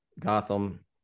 Gotham